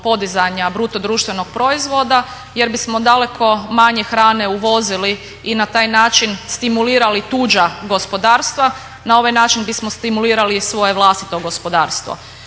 podizanja BDP-a jer bismo daleko manje hrane uvozili i na taj način stimulirali tuđa gospodarstva. Na ovaj način bismo stimulirali svoje vlastito gospodarstvo.